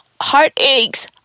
heartaches